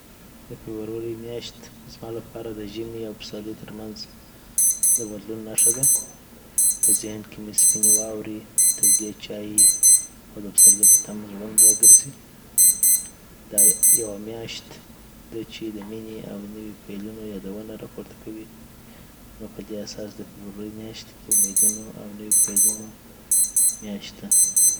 د فبروی میاشت زما لپاره د ژمي او پسرلي ترمنځ د بدلون نښه ده. په ذهن کې می سپیني واورې، میاشت ده چې د مینې او نوي پیلونو یادونه راپورته کوي. نو پدی اساس د فبروری میاشت د امیدونو او نوي پیلونو میاشت د